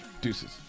deuces